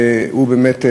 והוא באמת,